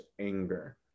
anger